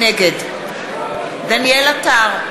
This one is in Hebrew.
נגד דניאל עטר,